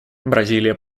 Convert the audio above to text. бразилия